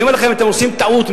אני אומר לכם: אתם עושים טעות.